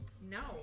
No